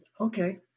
okay